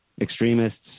extremists